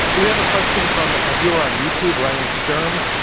we have a question from a viewer on youtube, ryan sterm.